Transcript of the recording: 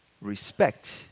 respect